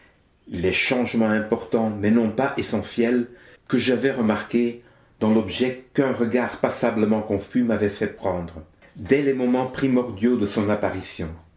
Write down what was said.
les changements importants mais non pas essentiels que j'avais remarqués dans l'objet qu'un regard passablement confus m'avait fait prendre dès les moments primordiaux de son apparition